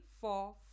four